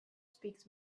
speaks